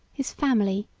his family,